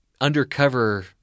undercover